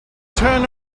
turn